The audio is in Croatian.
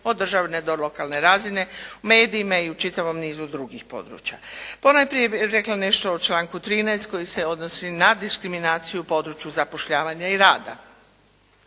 od državne do lokalne razine, u medijima i u čitavom nizu drugih područja. Ponajprije bih rekla nešto o članku 13. koji se odnosi na diskriminaciju u području zapošljavanja i rada.